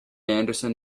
anderson